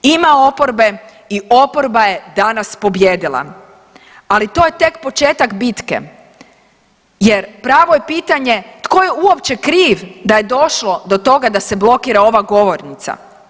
Ima oporbe i oporba je danas pobijedila, ali to je tek početak bitke jer pravo je pitanje tko je uopće kriv da je došlo do toga da se blokira ova govornica?